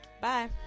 Bye